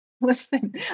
listen